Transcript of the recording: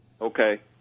Okay